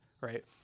right